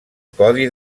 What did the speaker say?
codi